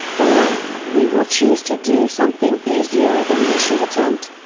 or, we will choose to do something easier than we should attempt.